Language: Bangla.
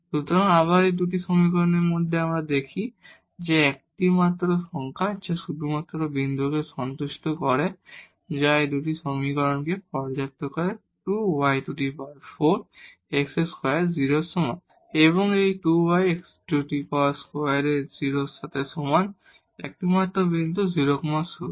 সুতরাং আবার এই দুটি সমীকরণের মধ্যে আমরা দেখি যে একমাত্র সংখ্যা যা শুধুমাত্র বিন্দুকে সন্তুষ্ট করে যা এই দুটি সমীকরণকে পর্যাপ্ত করে 2 y 4 x2 0 এর সমান এবং এই 2 y x2 0 এর সমান একমাত্র বিন্দু হল 0 0